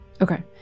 Okay